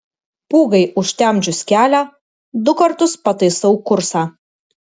pūgai užtemdžius kelią du kartus pataisau kursą